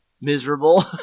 miserable